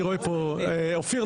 אופיר,